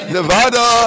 Nevada